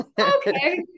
Okay